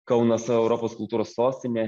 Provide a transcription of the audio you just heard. kaunas europos kultūros sostinė